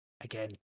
Again